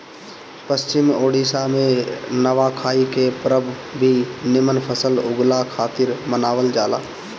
पश्चिम ओडिसा में नवाखाई के परब भी निमन फसल उगला खातिर मनावल जाला